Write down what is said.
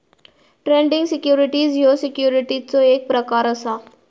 trading securities ह्यो सिक्युरिटीजचो एक प्रकार असा